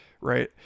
right